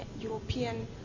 European